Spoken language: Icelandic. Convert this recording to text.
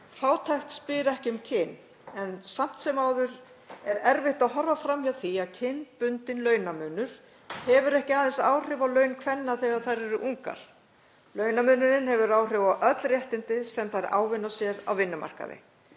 Fátækt spyr ekki um kyn en samt sem áður er erfitt að horfa fram hjá því að kynbundinn launamunur hefur ekki aðeins áhrif á laun kvenna þegar þær eru ungar. Launamunurinn hefur áhrif á öll réttindi sem þær ávinna sér á vinnumarkaði.